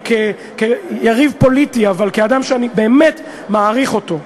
כיריב פוליטי, אבל כאדם שאני באמת מעריך אותו,